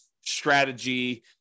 strategy